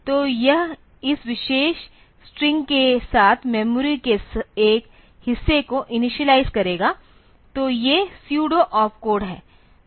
तो यह इस विशेष स्ट्रिंग के साथ मेमोरी के एक हिस्से को इनिशियलाइज़ करेगा तो ये सुएडो ऑप कोड हैं